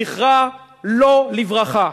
זכרה לא לברכה.